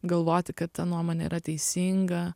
galvoti kad ta nuomonė yra teisinga